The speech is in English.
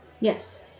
Yes